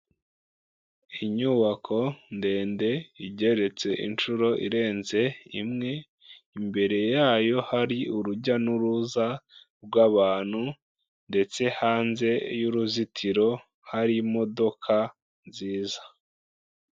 Inyubako ndende igereretse inshuro irenze imwe, imbere yayo hari urujya n'uruza rw'abantu ndetse hanze y'uruzitiro hari imodoka nziza.